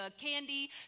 candy